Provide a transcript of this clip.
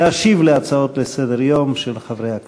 להשיב על ההצעות לסדר-היום של חברי הכנסת.